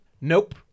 Nope